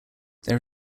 there